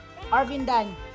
arvindan